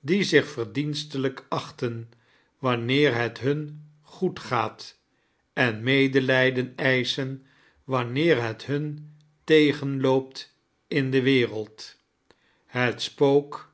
die zich verdienstelijfc aohten wanneer het hun goed gaat en medelijden eischen wanneer het hun tegenloopt in de wereld het spook